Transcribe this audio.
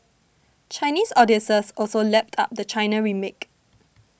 Chinese audiences also lapped up the China remake